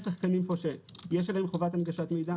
יש שחקנים פה שיש עליהם חובת הנגשת מידע